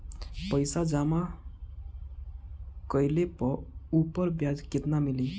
पइसा जमा कइले पर ऊपर ब्याज केतना मिली?